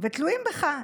ותלויים בך.